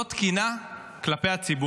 לא תקינה כלפי הציבור.